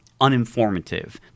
uninformative